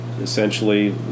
essentially